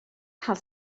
gael